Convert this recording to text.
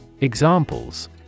Examples